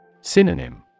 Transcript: Synonym